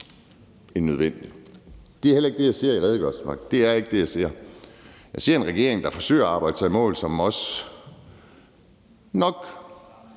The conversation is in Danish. end nødvendigt. Det er heller ikke det, jeg ser i redegørelsen; det er ikke det, jeg ser. Jeg ser en regering, der forsøger at arbejde sig i mål, og som – nok